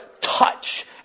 touch